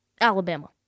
Alabama